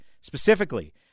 specifically